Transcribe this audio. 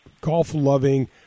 golf-loving